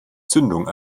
zündung